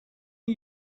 are